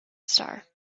star